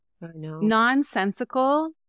nonsensical